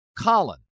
Colin